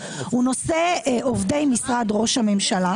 הוא נושא עובדי משרד ראש הממשלה.